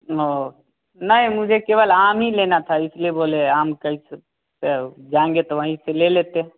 और नहीं मुझे केवल आम ही लेना था इसलिए बोले आम कैसे जाएँगे तो वहीं से ले लेते